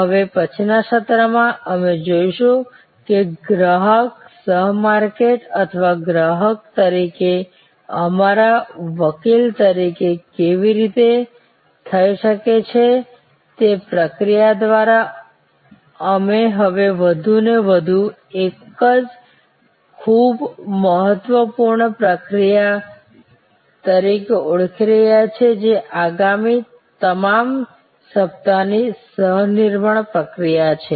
હવે પછીના સત્રમાં અમે જોઈશું કે આ ગ્રાહક સહ માર્કેટર અથવા ગ્રાહક તરીકે અમારા વકીલ તરીકે કેવી રીતે થઈ શકે છે તે પ્રક્રિયા દ્વારા અમે હવે વધુને વધુ એક ખૂબ જ મહત્વપૂર્ણ પ્રક્રિયા તરીકે ઓળખી રહ્યા છીએ જે આગામી તમામ સપ્તાહ ની સહ નિર્માણ પ્રક્રિયા છે